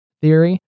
theory